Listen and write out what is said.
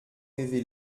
rêvé